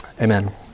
amen